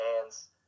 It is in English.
hands